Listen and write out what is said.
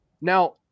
Now